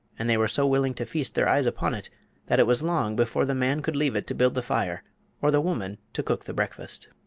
and they were so willing to feast their eyes upon it that it was long before the man could leave it to build the fire or the woman to cook the breakfast.